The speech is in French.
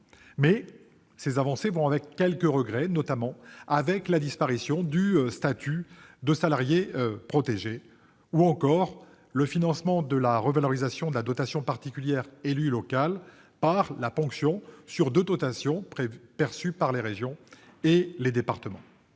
ces avancées ne vont pas sans regret. Je pense à la suppression du statut de salarié protégé ou encore au financement de la revalorisation de la dotation particulière élu local, par la ponction de deux dotations perçues par les régions et les départements.